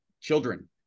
children